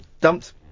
Dumped